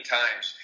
times